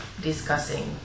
discussing